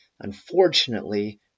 unfortunately